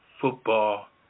football